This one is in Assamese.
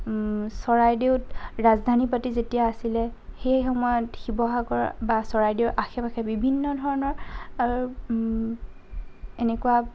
চৰাইদেউত ৰাজধানী পাতি যেতিয়া আছিলে সেই সময়ত শিৱসাগৰ বা চৰাইদেউৰ আশে পাশে বিভিন্ন ধৰণৰ এনেকুৱা